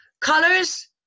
Colors